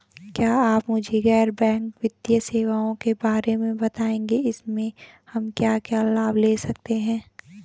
क्या आप मुझे गैर बैंक वित्तीय सेवाओं के बारे में बताएँगे इसमें हम क्या क्या लाभ ले सकते हैं?